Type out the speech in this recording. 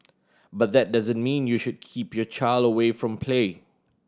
but that doesn't mean you should keep your child away from play